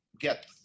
get